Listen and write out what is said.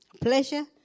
pleasure